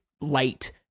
light